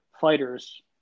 fighters